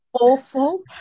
awful